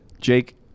Jake